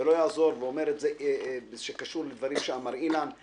וזה קשור לדברים שאמר אילן גילאון,